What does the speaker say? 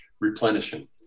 replenishing